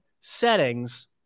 settings